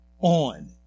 on